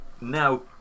now